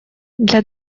для